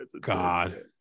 god